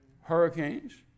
hurricanes